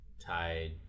Tied